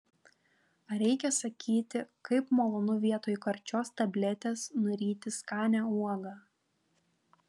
ar reikia sakyti kaip malonu vietoj karčios tabletės nuryti skanią uogą